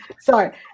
sorry